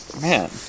Man